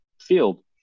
field